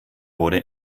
wurde